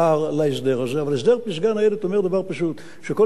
אבל הסדר פסגה ניידת אומר דבר פשוט: שכל מי ששותף להסדר הזה,